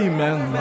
Amen